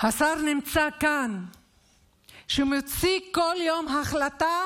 השר שנמצא כאן מציג כל יום החלטה